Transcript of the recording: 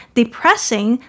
depressing